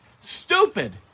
stupid